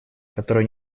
которую